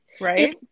Right